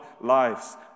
lives